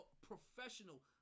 professional